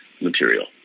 material